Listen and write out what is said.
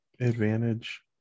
advantage